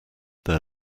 their